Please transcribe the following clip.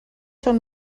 són